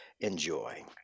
enjoy